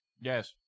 Yes